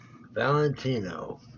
valentino